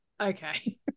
Okay